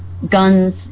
guns